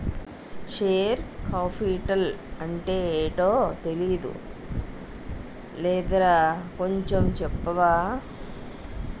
Share capital అంటేటో తెలీడం లేదురా కొంచెం చెప్తావా?